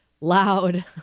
loud